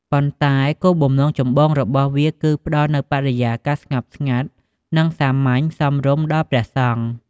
ប៉ុន្តែគោលបំណងចម្បងរបស់វាគឺផ្ដល់នូវបរិយាកាស ស្ងប់ស្ងាត់ និង សាមញ្ញ សមរម្យដល់ព្រះសង្ឃ។